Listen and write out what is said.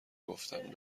گفتم